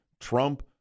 Trump